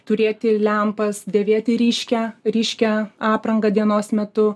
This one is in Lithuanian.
turėti lempas dėvėti ryškią ryškią aprangą dienos metu